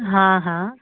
हँ हँ